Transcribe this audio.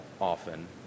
often